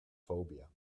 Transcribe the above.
phobia